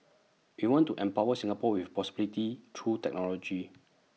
we want to empower Singapore with possibilities through technology